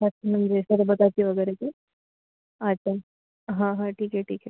अच्छा म्हणजे सरबताची वगैरे का अच्छा हां हां ठीक आहे ठीक आहे